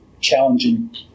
challenging